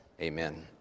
Amen